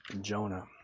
Jonah